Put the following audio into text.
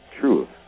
truth